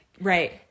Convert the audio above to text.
right